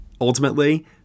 Ultimately